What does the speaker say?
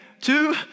Two